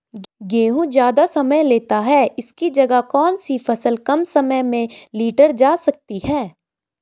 गेहूँ ज़्यादा समय लेता है इसकी जगह कौन सी फसल कम समय में लीटर जा सकती है?